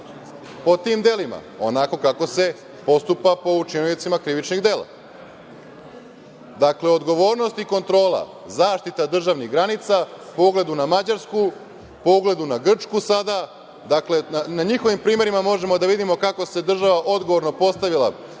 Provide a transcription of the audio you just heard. po tim delima, onako kako se postupa po učiniocima krivičnih dela. Dakle, odgovornost i kontrola zaštite državnih granica, po ugledu na Mađarsku, po ugledu na Grčku, jer na njihovim primerima možemo da vidimo kako se država odgovorno postavila